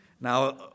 Now